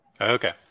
Okay